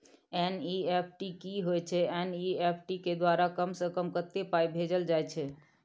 NEFT की होय छै एन.ई.एफ.टी के द्वारा कम से कम कत्ते पाई भेजल जाय छै?